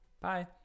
Bye